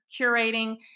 curating